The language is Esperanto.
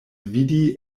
vidi